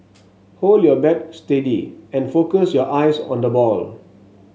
hold your bat steady and focus your eyes on the ball